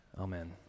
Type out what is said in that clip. amen